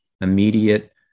immediate